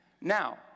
now